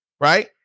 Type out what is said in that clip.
right